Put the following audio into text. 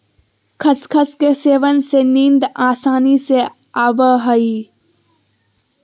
खसखस के सेवन से नींद आसानी से आवय हइ